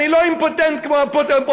אני לא אימפוטנט כמו באופוזיציה,